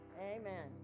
Amen